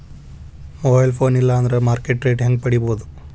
Mobile phone ಇಲ್ಲಾ ಅಂದ್ರ market rate ಹೆಂಗ್ ಪಡಿಬೋದು?